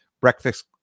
breakfast